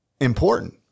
important